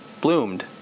bloomed